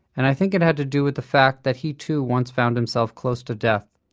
and i think it had to do with the fact that he too once found himself close to death.